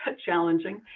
ah challenging.